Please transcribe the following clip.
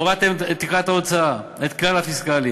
הורדתם את תקרת ההוצאה, את הכלל הפיסקלי,